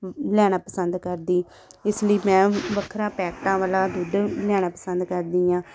ਲੈਣਾ ਪਸੰਦ ਕਰਦੀ ਇਸ ਲਈ ਮੈਂ ਵੱਖਰਾ ਪੈਕਟਾਂ ਵਾਲਾ ਦੁੱਧ ਲਿਆਉਣਾ ਪਸੰਦ ਕਰਦੀ ਹਾਂ